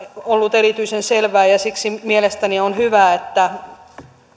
ollut erityisen selvää ja ja siksi mielestäni on hyvä että